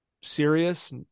serious